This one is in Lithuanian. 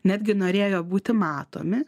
netgi norėjo būti matomi